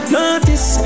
Notice